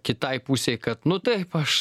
kitai pusei kad nu taip aš